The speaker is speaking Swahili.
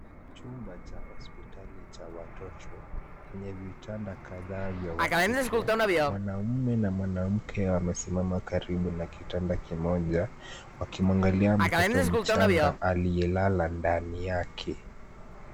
Chumba cha hospitali cha watoto, chenye vitanda kadhaa vya watoto. Mwanaume na mwanamke amesimama karibu na kitanda kimoja, wakimwangalia mtoto mchanga aliyelala ndani yake.